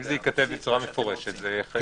ומה שאתם רוצים.